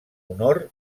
honor